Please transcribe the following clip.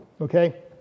Okay